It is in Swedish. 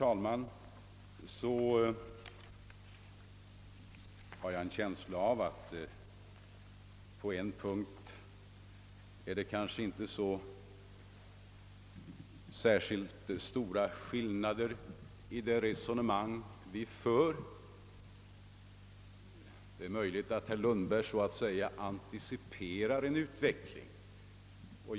Till sist vill jag säga, att på en punkt torde det inte råda särskilt stora skillnader i de resonemang vi för. Det är möjligt att herr Lundberg så att säga anteciperar en utveckling.